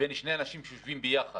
בין שני אנשים שיושבים ביחד